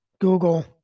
Google